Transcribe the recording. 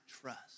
trust